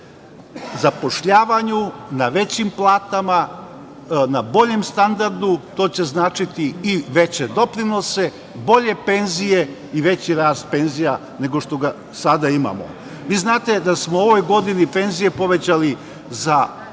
zapošljavanju, na većim platama, na boljem standardu, a to će značiti i veće doprinose, bolje penzije i veći rast penzija nego što ga sada imamo. Vi znate da smo u ovoj godini penzije povećali za 5,9%,